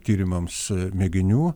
tyrimams mėginių